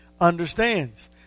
understands